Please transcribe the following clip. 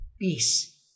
peace